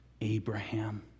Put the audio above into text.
Abraham